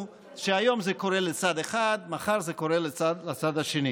שהיום זה קורה לצד אחד ומחר זה קורה לצד השני.